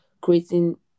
creating